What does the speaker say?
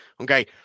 Okay